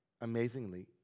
amazingly